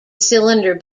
cylinder